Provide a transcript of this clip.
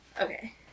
Okay